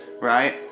right